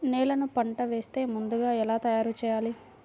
నేలను పంట వేసే ముందుగా ఎలా తయారుచేయాలి?